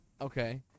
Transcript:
Okay